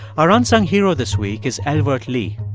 our unsung hero this week is elwood lee.